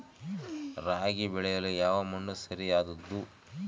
ರಾಗಿ ಬೆಳೆಯಲು ಯಾವ ಮಣ್ಣು ಸರಿಯಾದದ್ದು?